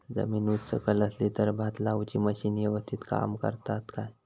जमीन उच सकल असली तर भात लाऊची मशीना यवस्तीत काम करतत काय?